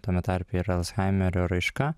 tame tarpe ir alzhaimerio raiška